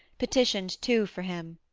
petitioned too for him.